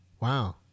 Wow